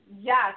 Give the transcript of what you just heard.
Yes